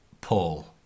Paul